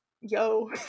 yo